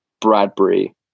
Bradbury